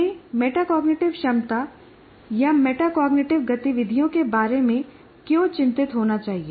हमें मेटाकॉग्निटिव क्षमता या मेटाकॉग्निटिव गतिविधियों के बारे में क्यों चिंतित होना चाहिए